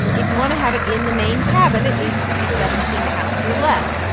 if you want to have it in the main cabin, it needs to be seventeen pounds or less.